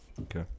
Okay